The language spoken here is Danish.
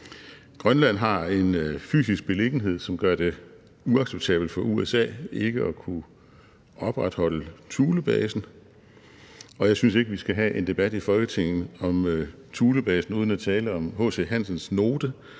Grønland har en fysisk beliggenhed, som gør det uacceptabelt for USA ikke at kunne opretholde Thulebasen, og jeg synes ikke, vi skal have en debat i Folketinget om Thulebasen uden at tale om H.C. Hansens note